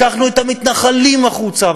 לקחנו את המתנחלים החוצה,